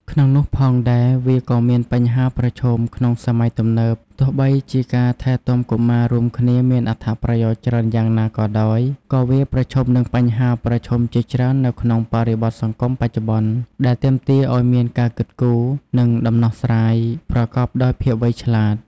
ក្នុងនោះផងដែរ វាក៏មានបញ្ហាប្រឈមក្នុងសម័យទំនើប ទោះបីជាការថែទាំកុមាររួមគ្នាមានអត្ថប្រយោជន៍ច្រើនយ៉ាងណាក៏ដោយ ក៏វាប្រឈមនឹងបញ្ហាប្រឈមជាច្រើននៅក្នុងបរិបទសង្គមបច្ចុប្បន្ន ដែលទាមទារឱ្យមានការគិតគូរ និងដំណោះស្រាយប្រកបដោយភាពវៃឆ្លាត។